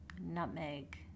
nutmeg